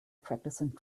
practicing